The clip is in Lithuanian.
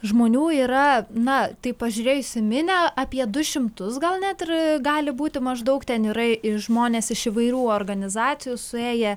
žmonių yra na taip pažiūrėus į minią apie du šimtus gal net ir gali būti maždaug ten yra ir žmonės iš įvairių organizacijų suėję